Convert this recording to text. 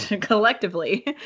collectively